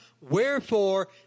Wherefore